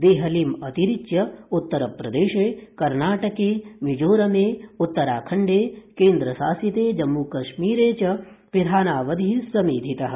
देहलीम् अतिरिच्य उत्तर प्रदेशे कर्णाटके मिजोरमे उत्तराखण्डे केन्द्र शासिते जम्मू कश्मीरे च पिधानावधिः समेधितः